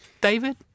David